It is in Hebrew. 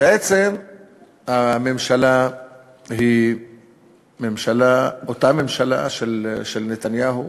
בעצם הממשלה היא אותה ממשלה של נתניהו,